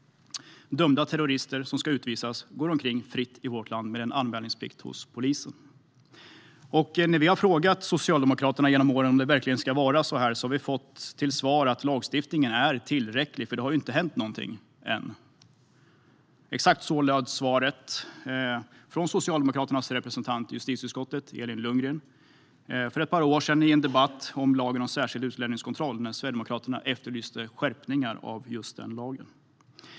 Dömda terrorister som ska utvisas går omkring fritt i vårt land med anmälningsplikt hos polisen. När vi genom åren har frågat Socialdemokraterna om det verkligen ska vara så här har vi fått till svar att lagstiftningen är tillräcklig, för det har ju inte hänt något än. Exakt så löd svaret från Socialdemokraternas representant i justitieutskottet, Elin Lundgren, för ett par år sedan i en debatt om lagen om särskild utlänningskontroll, när Sverigedemokraterna efterlyste skärpningar av just den lagen.